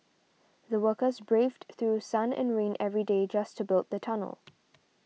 the workers braved through sun and rain every day just to build the tunnel